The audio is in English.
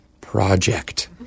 Project